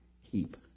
heap